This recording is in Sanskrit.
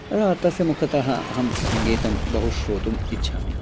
रा तस्य मुखतः अहं सङ्गीतं बहु श्रोतुम् इच्छामि